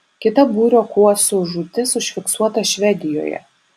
kita būrio kuosų žūtis užfiksuota švedijoje